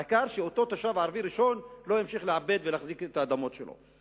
העיקר שאותו תושב ערבי ראשון לא ימשיך לעבד ולהחזיק את האדמות שלו.